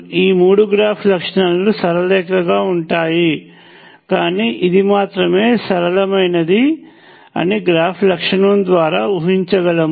ఈ మూడు గ్రాఫ్ లక్షణాలు సరళరేఖ గా ఉంటాయి కానీ ఇది మాత్రమే సరళమైనది అని గ్రాఫ్ లక్షణము ద్వారా ఊహించగలము